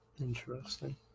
Interesting